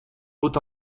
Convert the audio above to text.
vaut